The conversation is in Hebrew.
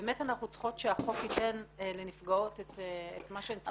ואנחנו צריכות שהחוק ייתן לנפגעות את מה שהן צריכות.